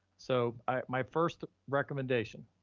so my first recommendation,